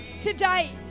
today